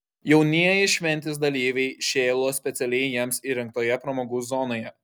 jaunieji šventės dalyviai šėlo specialiai jiems įrengtoje pramogų zonoje